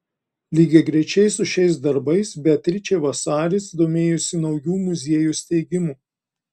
lygiagrečiai su šiais darbais beatričė vasaris domėjosi naujų muziejų steigimu